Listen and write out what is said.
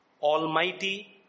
almighty